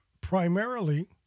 primarily